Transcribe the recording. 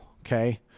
Okay